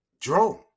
drone